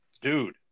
dude